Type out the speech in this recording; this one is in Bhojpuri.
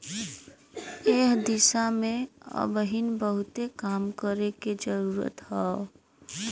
एह दिशा में अबहिन बहुते काम करे के जरुरत हौ